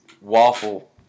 waffle